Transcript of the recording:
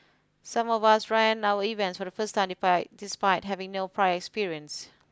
some of us ran our events for the first time despite having no prior experience